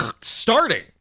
starting